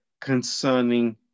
concerning